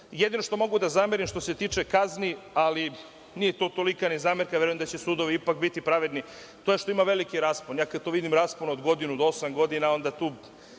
jedino što mogu da zamerim što se tiče kazni, ali, nije to ni tolika zamerka, verujem da će sudovi ipak biti pravedni, a to je što ima veliki raspon. Ja kako vidim raspon od godinu do osam godina, onda tu